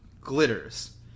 glitters